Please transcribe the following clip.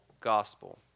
gospel